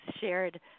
shared